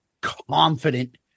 confident